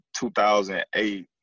2008